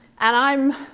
and i'm,